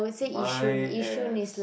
my as